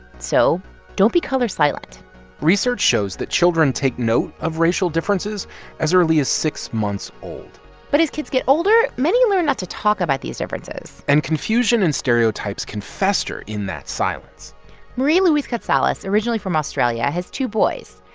so don't be color silent research shows that children take note of racial differences as early as six months old but as kids get older, many learn not to talk about these differences and confusion and stereotypes can fester in that silence marie-louise catsalis, originally from australia, has two boys.